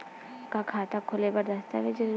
का खाता खोले बर दस्तावेज जरूरी हे?